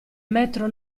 metro